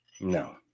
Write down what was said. No